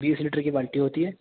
بیس litre کی بالٹی ہوتی ہے